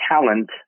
talent